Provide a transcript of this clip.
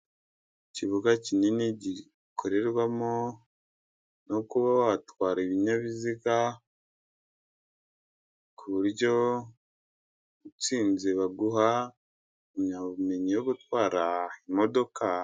Ikibuga kinini gikorerwamo no kuba watwara ibinyabiziga, ku buryo utsinze baguha impamyabumenyi yo gutwara imodoka.